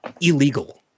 illegal